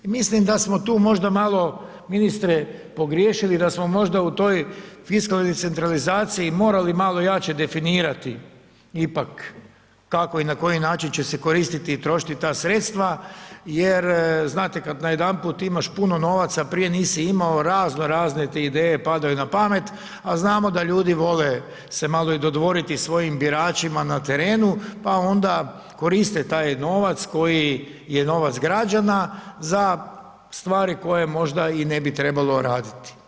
I mislim da smo tu možda malo ministre pogriješili i da smo možda u toj fiskalnoj decentralizaciji morali malo jače definirati ipak kako i na koji način će se koristi i trošiti ta sredstva jer znate kad najedanput imaš puno novaca a prije nisi imao razno razne ti ideje padaju na pamet a znamo da ljudi vole se malo i dodvoriti svojim biračima na terenu pa onda koriste taj novac koji je novac građana za stvari koje možda i ne bi trebalo raditi.